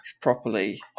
properly